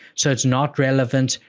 so, it's not relevant.